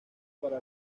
para